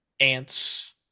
ants